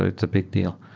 it's a big deal.